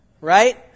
Right